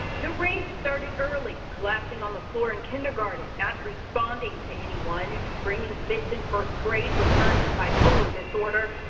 the rage started early collapsing on the floor in kindergarten, not responding to anyone, screaming fits in first grade with signs of bipolar disorder,